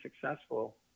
successful